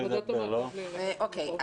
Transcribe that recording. בבקשה,